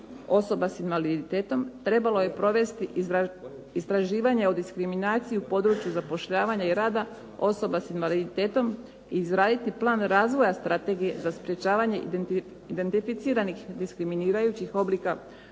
osoba s invaliditetom trebalo je provesti istraživanje o diskriminaciji u području zapošljavanja i rada osoba s invaliditetom i izraditi plan razvoja strategije za sprječavanje identificiranih diskriminirajućih oblika